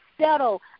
settle